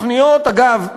אגב,